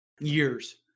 years